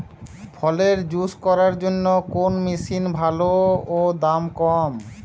ফলের জুস করার জন্য কোন মেশিন ভালো ও দাম কম?